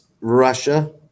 Russia